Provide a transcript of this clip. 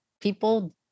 people